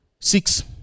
Six